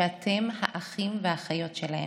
שאתם האחים והאחיות שלהם,